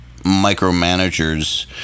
micromanagers